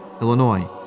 illinois